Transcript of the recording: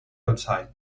outside